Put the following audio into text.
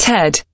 Ted